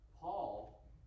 Paul